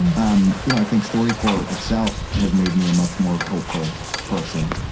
um you know i think storycorps itself has made me a much more hopeful person.